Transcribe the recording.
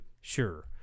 sure